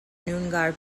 noongar